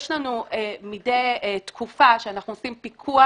יש לנו מדי תקופה שאנחנו עושים פיקוח,